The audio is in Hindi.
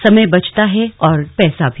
समय बचता है और पैसा भी